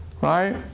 Right